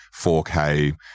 4K